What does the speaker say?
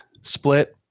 split